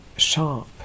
sharp